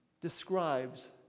describes